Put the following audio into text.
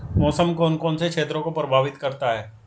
मौसम कौन कौन से क्षेत्रों को प्रभावित करता है?